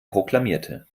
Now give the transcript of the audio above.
proklamierte